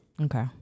Okay